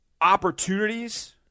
opportunities